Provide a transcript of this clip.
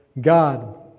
God